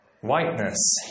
Whiteness